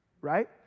right